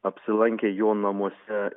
apsilankę jo namuose